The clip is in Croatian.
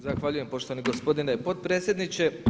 Zahvaljujem poštovani gospodine potpredsjedniče.